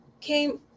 came